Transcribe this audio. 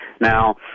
now